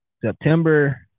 September